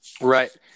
Right